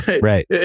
Right